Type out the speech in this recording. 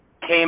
came